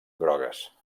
grogues